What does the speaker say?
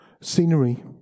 scenery